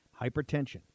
Hypertension